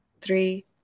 three